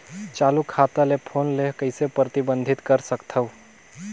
चालू खाता ले फोन ले कइसे प्रतिबंधित कर सकथव?